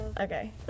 Okay